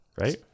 right